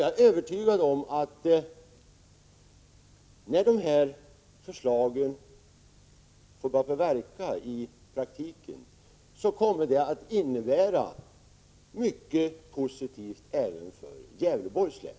Jag är övertygad om att när de här förslagen börjar få effekter i praktiken, då kommer detta att innebära mycket positivt även för Gävleborgs län.